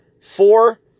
Four